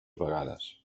vegades